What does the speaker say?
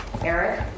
Eric